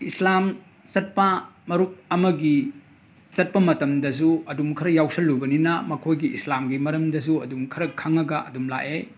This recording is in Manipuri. ꯏꯁꯂꯥꯝ ꯆꯠꯄ ꯃꯔꯨꯞ ꯑꯃꯒꯤ ꯆꯠꯄ ꯃꯇꯝꯗꯁꯨ ꯑꯗꯨꯝ ꯈꯔ ꯌꯥꯎꯁꯤꯜꯂꯨꯕꯅꯤꯅ ꯃꯈꯣꯏꯒꯤ ꯏꯁꯂꯥꯝꯒꯤ ꯃꯔꯝꯗꯁꯨ ꯑꯗꯨꯝ ꯈꯔ ꯈꯪꯉꯒ ꯑꯗꯨꯝ ꯂꯥꯛꯑꯦ